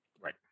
right